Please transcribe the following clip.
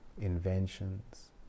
inventions